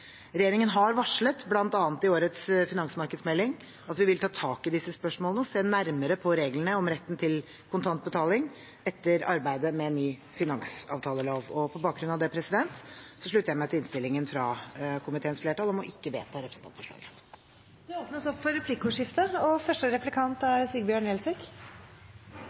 Regjeringen har varslet, bl.a. i årets finansmarkedsmelding, at vi vil ta tak i disse spørsmålene og se nærmere på reglene om retten til kontantbetaling etter arbeidet med ny finansavtalelov. På bakgrunn av det slutter jeg meg til innstillingen fra komiteens flertall om ikke å vedta representantforslaget. Det blir replikkordskifte.